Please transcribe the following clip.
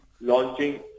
launching